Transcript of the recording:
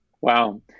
Wow